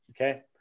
Okay